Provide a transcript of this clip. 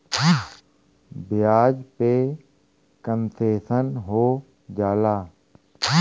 ब्याज पे कन्सेसन हो जाला